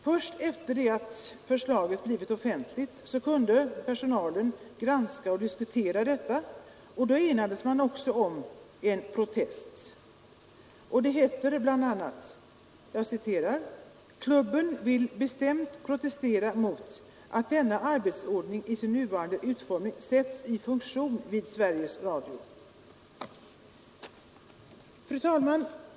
Först sedan förslaget blivit offentligt kunde personalen granska och diskutera det, och då enades man också om en protest. Det heter bl.a.: ”Klubben vill bestämt protestera mot att denna arbetsordning i sin nuvarande utformning sätts i funktion vid Sveriges Radio.” Fru talman!